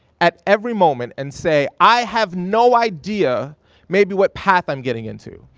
at every moment and say, i have no idea maybe what path i'm getting into.